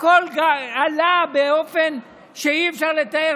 הכול עלה באופן שאי-אפשר לתאר.